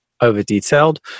over-detailed